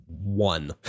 one